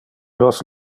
nos